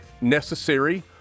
necessary